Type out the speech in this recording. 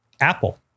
Apple